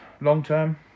long-term